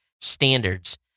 standards